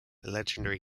legendary